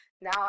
now